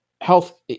health